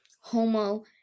Homo